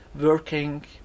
working